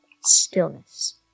stillness